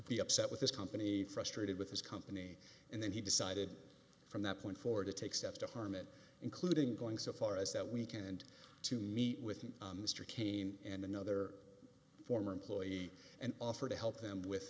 be upset with this company frustrated with his company and then he decided from that point forward to take steps to harm it including going so far as that weekend to meet with mr cain and another former employee and offer to help them with